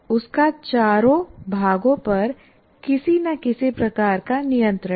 उसका चारों भागों पर किसी न किसी प्रकार का नियंत्रण है